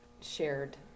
shared